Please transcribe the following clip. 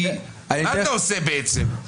כי מה אתה עושה בעצם?